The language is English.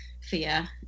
fear